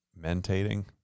mentating